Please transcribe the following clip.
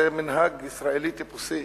זה מנהג ישראלי טיפוסי,